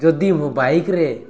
ଯଦି ମୁଁ ବାଇକ୍ରେ